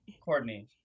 Courtney